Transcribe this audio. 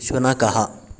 शुनकः